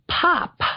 POP